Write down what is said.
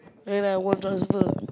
then I won't transfer